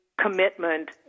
commitment